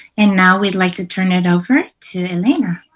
and now we'd like to tern it over to elena.